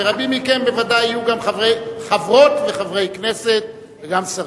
ורבים מכם בוודאי יהיו גם חברות וחברי כנסת וגם שרים.